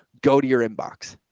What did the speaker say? go to your inbox.